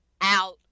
out